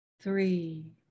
Three